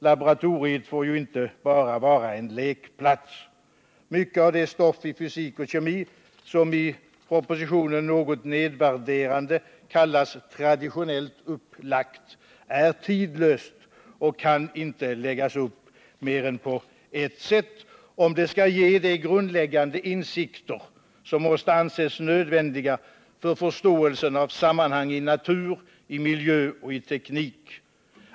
Laboratoriet får ju inte bara vara en lekplats. Mycket av det stoff i fysik och kemi som i propositionen något nedvärderande kallas ”traditionellt upplagt” är tidlöst och kan inte läggas upp mer än på ett sätt, om det skall kunna ge de grundläggande insikter som måste anses nödvändiga för förståelsen av sammanhangen i natur, miljö och teknik.